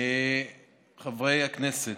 חברי הכנסת,